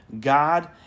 God